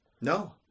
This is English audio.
No